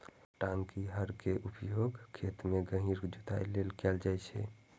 टांकी हर के उपयोग खेत मे गहींर जुताइ लेल कैल जाइ छै